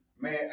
man